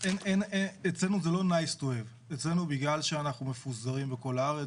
אצלנו בגלל שאנחנו מפוזרים בכל הארץ,